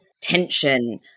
tension